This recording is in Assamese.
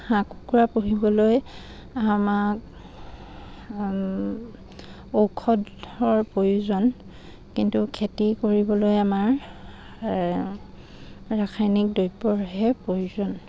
হাঁহ কুকুৰা পুহিবলৈ আমাক ঔষধৰ প্ৰয়োজন কিন্তু খেতি কৰিবলৈ আমাৰ ৰাসায়নিক দ্ৰব্যৰহে প্ৰয়োজন